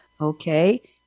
Okay